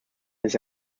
des